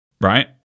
right